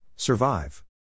Survive